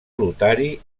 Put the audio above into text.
lotari